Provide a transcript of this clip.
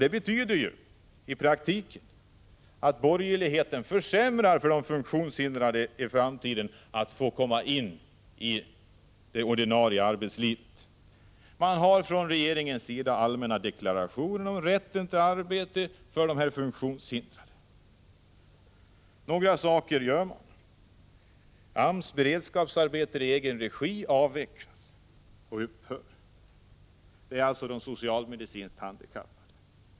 Det betyder ju i praktiken att borgerligheten försämrar de funktionshindrades möjligheter i framtiden att komma in i det ordinarie arbetslivet. Man har från regeringens sida allmänna deklarationer om rätten till arbete för de funktionshindrade. Och några saker gör man. AMS beredskapsarbeten i egen regi avvecklas och upphör. Det gäller alltså de socialt-medicinskt handikappade.